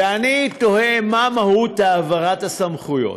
ואני תוהה מה מהות העברת הסמכויות.